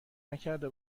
نکرده